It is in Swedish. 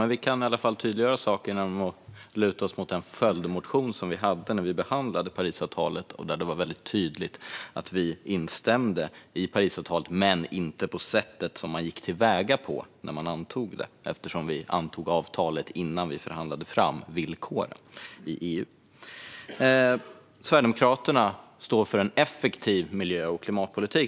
Men vi kan tydliggöra saken genom att luta oss mot den följdmotion som vi hade när vi behandlade Parisavtalet, där det var tydligt att vi stod bakom avtalet men inte hur man gick till väga när man antog det eftersom man antog avtalet innan man förhandlade fram villkoren i EU. Sverigedemokraterna står för en effektiv miljö och klimatpolitik.